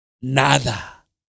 nada